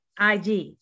IG